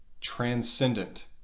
transcendent